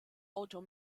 autor